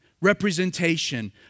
representation